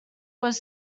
was